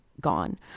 gone